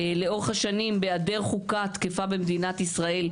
לאורך השנים בהיעדר חוקה תקפה במדינת ישראל,